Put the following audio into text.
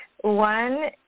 one